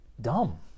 dumb